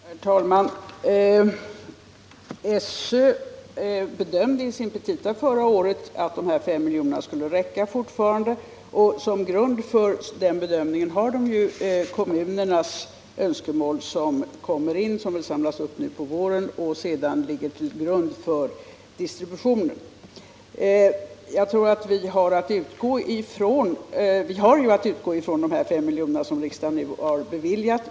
Herr talman! Skolöverstyrelsen bedömde i sina petita förra året att de här 5 miljonerna fortfarande skulle räcka. Som grund för den bedömningen har man kommunernas önskemål, som samlas in på våren och sedan ligger till grund för distributionen. Vi har att utgå från de 5 miljoner som riksdagen nu har beviljat.